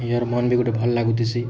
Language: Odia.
ନିଜର୍ ମନ୍ ବି ଗୁଟେ ଭଲ୍ ଲାଗୁଥିସି